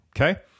okay